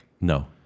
No